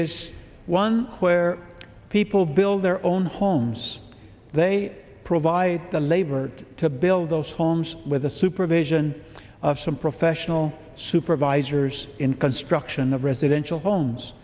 is one where people build their own homes they provide the labor to build those homes with the supervision of some professional supervisors in construction of residential homes